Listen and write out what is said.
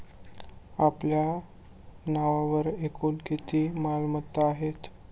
आपल्या नावावर एकूण किती मालमत्ता आहेत?